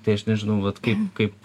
tai aš nežinau vat kaip kaip